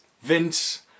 Vince